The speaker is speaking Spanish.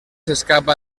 escapa